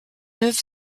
neuf